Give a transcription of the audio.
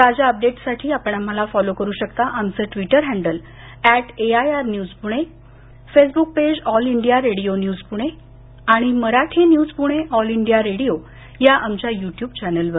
ताज्या अपडेट्ससाठी आपण आम्हाला फॉलो करु शकता आमचं Twitter handle at AIR news Pune Facebook page All India Radio news Pune आणि Marathi news Pune All India Radio या आमच्या युट्युब चॅनेलवर